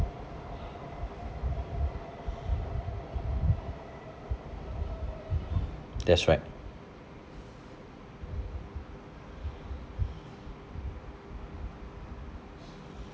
that's right